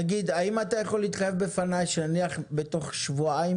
תגיד האם אתה יכול להתחייב בפני שנניח בתוך שבועיים